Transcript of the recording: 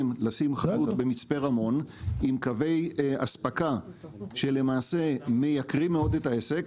לשים חנות במצפה רמון עם קווי אספקה שלמעשה מייקרים מאוד את העסק.